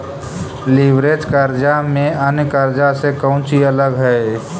Leverage कर्जा में अन्य कर्जा से कउची अलग हई?